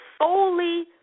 solely